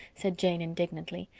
said jane indignantly.